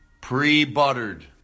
pre-buttered